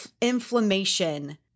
inflammation